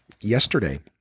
yesterday